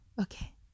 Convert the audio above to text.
Okay